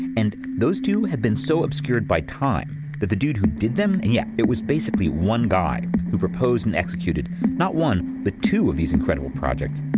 and those two have been so obscured by the time that the dude who did them, yeah, it was basically one guy who proposed and executed not one, but two of these incredible projects.